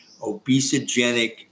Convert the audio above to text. obesogenic